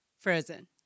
Frozen